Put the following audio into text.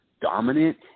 dominant